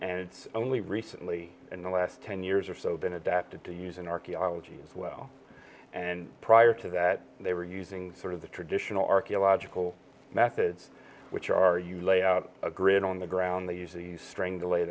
and it's only recently in the last ten years or so then adapted to use in archaeology as well and prior to that they were using sort of the traditional archaeological methods which are you lay out a grid on the ground they use these strang